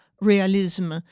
realism